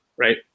right